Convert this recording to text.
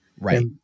Right